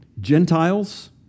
Gentiles